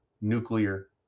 nuclear